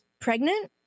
pregnant